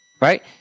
Right